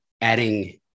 adding